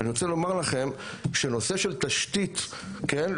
אני רוצה לומר לכם שנושא של תשתית, כן?